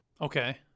Okay